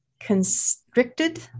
constricted